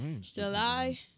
July